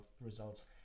results